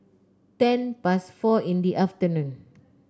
ten past four in the afternoon